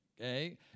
Okay